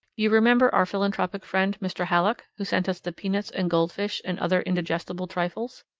you remember our philanthropic friend, mr. hallock, who sent us the peanuts and goldfish and other indigestible trifles?